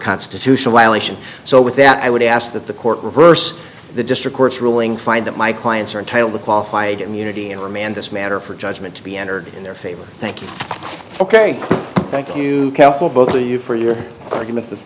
constitutional violation so with that i would ask that the court reverse the district court's ruling find that my clients are entitled to qualified immunity and remand this matter for judgment to be entered in their favor thank you ok thank you both to you for your argument this